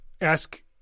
ask